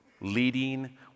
leading